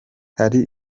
hari